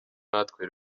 natwe